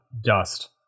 Dust